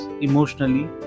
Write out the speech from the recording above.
emotionally